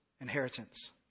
inheritance